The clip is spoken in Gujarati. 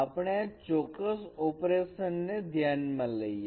આપણે આ ચોક્કસ ઓપરેશન ને ધ્યાન માં લઈએ